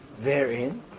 therein